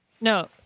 No